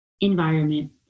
environment